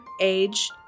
age